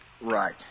right